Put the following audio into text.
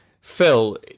Phil